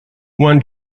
one